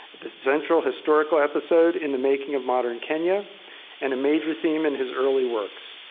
the central historical episode in the making of modern kenya and a major theme in his early works.